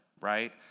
right